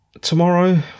Tomorrow